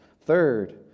Third